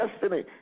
destiny